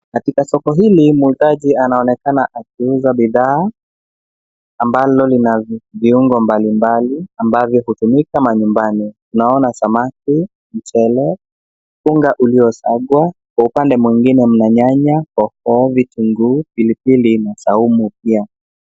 Katika soko hili muuzaji anaonekana akiuza bidhaa ambalo lina viungo mbalimbali ambavyo hutumika manyumbani. Tunaona samaki , mchele, unga uliosagwa. Kwa upande mwingine mna nyanya, hoho, vitunguu, pilipili na saumu pia.